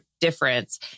difference